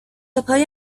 پای